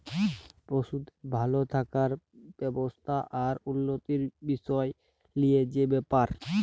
পশুদের ভাল থাকার ব্যবস্থা আর উল্যতির বিসয় লিয়ে যে ব্যাপার